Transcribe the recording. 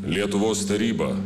lietuvos taryba